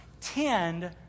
tend